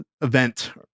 event